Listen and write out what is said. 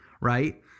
right